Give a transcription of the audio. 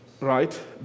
Right